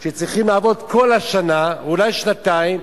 שצריכים לעבוד כל השנה, אולי שנתיים,